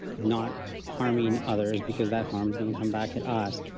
not harming others because that harm is going to come back at us.